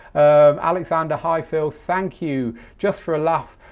um alexander, hi phil, thank you. just for a laugh,